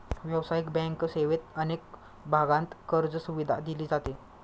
व्यावसायिक बँक सेवेत अनेक भागांत कर्जसुविधा दिली जाते